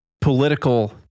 political